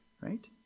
right